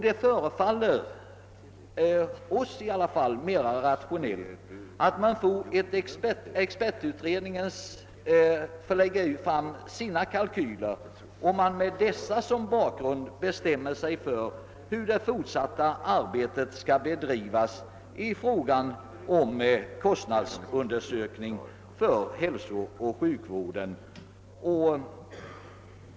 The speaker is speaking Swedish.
Det förefaller oss mera rationellt att expertutredningen får lägga fram sina kalkyler så att vi med dessa som bakgrund kan bestämma hur det fortsatta arbetet skall bedrivas i fråga om kostnadsundersökning för hälsooch sjukvård.